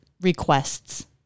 requests